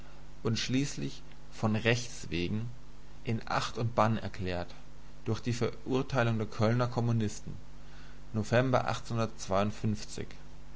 und schließlich von rechts wegen in acht und bann erklärt durch die verurteilung der kölner kommunisten november